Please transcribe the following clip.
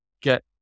get